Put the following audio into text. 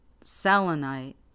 Selenite